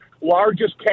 largest